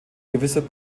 gewisser